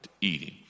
eating